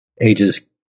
Ages